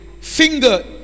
finger